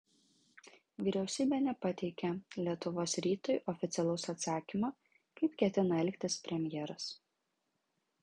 vyriausybė nepateikė lietuvos rytui oficialaus atsakymo kaip ketina elgtis premjeras